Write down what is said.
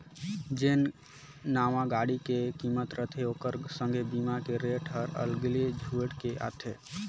जेन नावां गाड़ी के किमत रथे ओखर संघे बीमा के रेट हर अगले जुइड़ के आथे